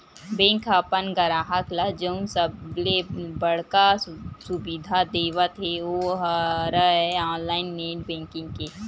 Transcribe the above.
bank ह अपन गराहक ल जउन सबले बड़का सुबिधा देवत हे ओ हरय ऑनलाईन नेट बेंकिंग के